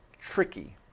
tricky